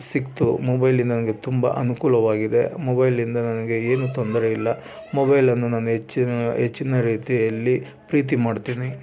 ಸಿಕ್ತು ಮೊಬೈಲಿಂದ ನನಗೆ ತುಂಬ ಅನುಕೂಲವಾಗಿದೆ ಮೊಬೈಲಿಂದ ನನಗೆ ಏನು ತೊಂದರೆ ಇಲ್ಲ ಮೊಬೈಲನ್ನು ನಾನು ಹೆಚ್ಚಿನ ಹೆಚ್ಚಿನ ರೀತಿಯಲ್ಲಿ ಪ್ರೀತಿ ಮಾಡ್ತೀನಿ